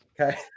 Okay